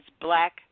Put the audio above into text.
black